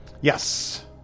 Yes